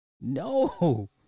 No